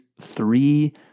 three